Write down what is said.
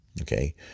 okay